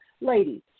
ladies